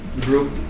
group